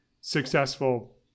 successful